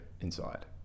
inside